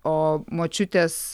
o močiutės